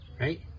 right